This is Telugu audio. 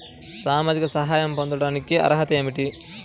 సామాజిక సహాయం పొందటానికి అర్హత ఏమిటి?